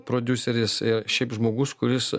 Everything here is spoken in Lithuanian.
prodiuseris ir šiaip žmogus kuris